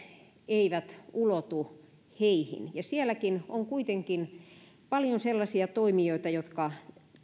eivät ulotu heihin sielläkin on kuitenkin paljon sellaisia toimijoita jotka